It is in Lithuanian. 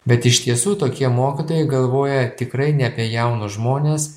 bet iš tiesų tokie mokytojai galvoja tikrai ne apie jaunus žmones